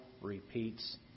repeats